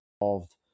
involved